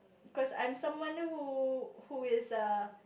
cause I'm someone who who is err